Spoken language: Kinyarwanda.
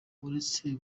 uretse